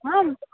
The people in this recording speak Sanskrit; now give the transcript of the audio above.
आं